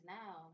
now